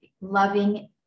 loving